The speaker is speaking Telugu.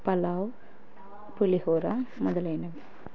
పులావ్ పులిహోర మొదలైనవి